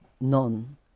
None